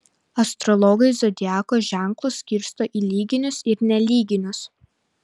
astrologai zodiako ženklus skirsto į lyginius ir nelyginius